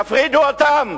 יפרידו אותם.